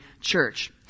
church